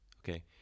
Okay